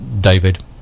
David